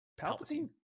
Palpatine